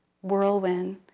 whirlwind